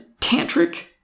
tantric